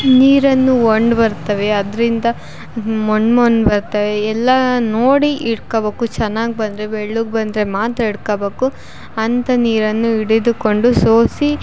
ನೀರನ್ನು ವಂಡ ಬರುತ್ತವೆ ಅದರಿಂದ ಮಣ್ಣು ಮಣ್ಣು ಬರುತ್ತವೆ ಎಲ್ಲ ನೋಡಿ ಹಿಡ್ಕಬಕು ಚೆನ್ನಾಗ್ ಬಂದರೆ ಬೆಳ್ಳಗೆ ಬಂದರೆ ಮಾತ್ರ ಹಿಡ್ಕಬಕು ಅಂತ ನೀರನ್ನು ಹಿಡಿದುಕೊಂಡು ಸೋಸಿ